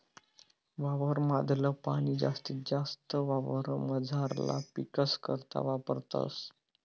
वावर माधल पाणी जास्तीत जास्त वावरमझारला पीकस करता वापरतस